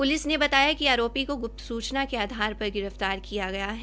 police ने बताया कि आरोपी को ग्प्ता सूचना के आधार पर गिरफ्तार किया गया है